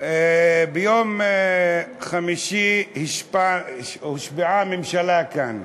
ביום חמישי הושבעה הממשלה כאן,